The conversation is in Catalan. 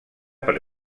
per